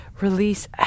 release